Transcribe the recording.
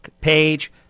Page